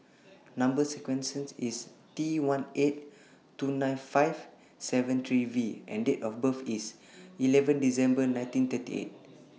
Number sequence IS T one eight two nine five seven three V and Date of birth IS eleven December nineteen thirty eight